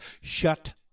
shut